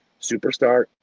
superstar